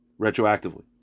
retroactively